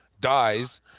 dies